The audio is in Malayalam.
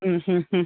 മ്മ് ഹ്മ്മ് മ്മ്